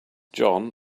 john